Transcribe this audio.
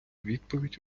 відповідь